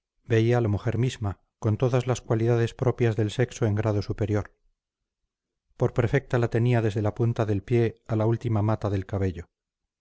veía la mujer misma con todas las cualidades propias del sexo en grado superior por perfecta la tenía desde la punta del pie a la última mata del cabello